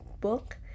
book